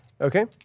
Okay